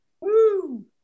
Woo